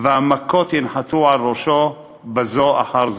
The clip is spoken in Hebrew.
והמכות ינחתו על ראשו בזו אחר זו.